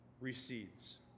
recedes